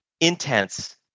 intense